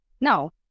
no